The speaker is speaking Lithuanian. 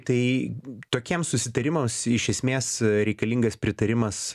tai tokiems susitarimams iš esmės reikalingas pritarimas